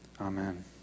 Amen